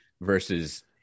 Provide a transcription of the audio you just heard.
versus